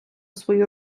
свою